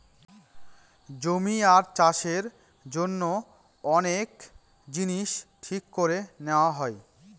জমি আর চাষের জন্য অনেক জিনিস ঠিক করে নেওয়া হয়